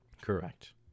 Correct